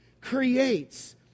creates